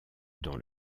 dans